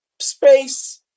space